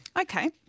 Okay